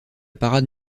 parade